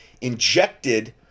Injected